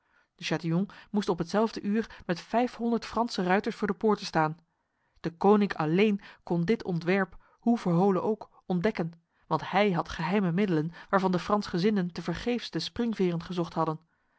de chatillon moest op hetzelfde uur met vijfhonderd franse ruiters voor de poorten staan deconinck alleen kon dit ontwerp hoe verholen ook ontdekken want hij had geheime middelen waarvan de fransgezinden tevergeefs de springveren gezocht hadden